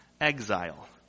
exile